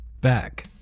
Back